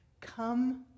come